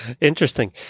Interesting